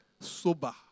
sober